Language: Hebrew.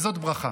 וזאת ברכה.